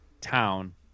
town